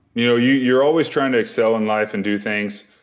you know you're you're always trying to excel in life and do things.